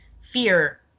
fear